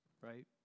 right